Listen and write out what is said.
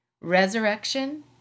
Resurrection